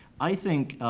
i think,